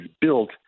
built